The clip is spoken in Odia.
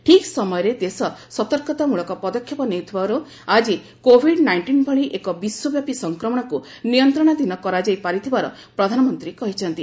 ଠିକ୍ ସମୟରେ ଦେଶ ସତର୍କତା ମୃଳକ ପଦକ୍ଷେପ ନେଇଥିବାରୁ ଆଜି କୋଭିଡ୍ ନାଇଷ୍ଟିନ୍ ଭଳି ଏକ ବିଶ୍ୱବ୍ୟାପୀ ସଂକ୍ରମଣକୁ ନିୟନ୍ତ୍ରଣାଧୀନ କରାଯାଇ ପାରିଥିବାର ପ୍ରଧାନମନ୍ତ୍ରୀ କହିଛନ୍ତି